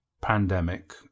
pandemic